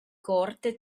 corte